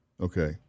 Okay